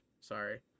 sorry